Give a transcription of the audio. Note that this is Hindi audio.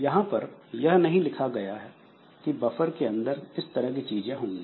यहां पर यह नहीं लिखा गया कि बफर के अंदर इस तरह की चीजें होंगी